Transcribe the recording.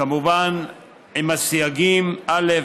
כמובן עם הסייגים: א.